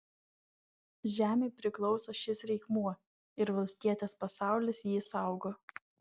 žemei priklauso šis reikmuo ir valstietės pasaulis jį saugo